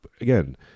again